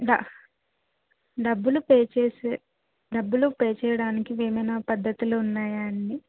డ డబ్బులు పే చేసే డబ్బులు పే చేయడానికి ఏమయినా పద్ధతులు ఉన్నాయా అండి